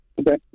Okay